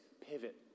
pivot